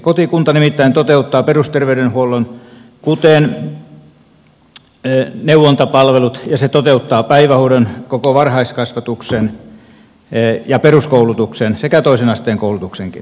kotikunta nimittäin toteuttaa perusterveydenhuollon kuten neuvolapalvelut se toteuttaa päivähoidon koko varhaiskasvatuksen peruskoulutuksen sekä toisen asteen koulutuksenkin